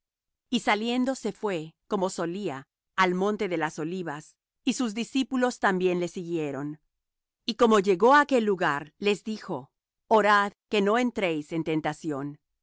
y saliendo se fué como solía al monte de las olivas y sus discípulos también le siguieron y como llegó á aquel lugar les dijo orad que no entréis en tentación